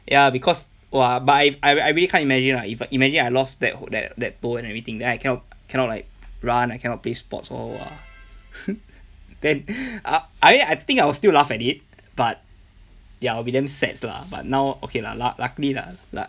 ya because !wah! but I I I really can't imagine lah if I imagine I lost that to~ that that toe and everything then I cannot cannot like run I cannot play sports or !wah! then I I mean I think I will still laugh at it but ya I'll be damn sad lah but now okay lah luc~ luckily lah